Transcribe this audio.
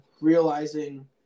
realizing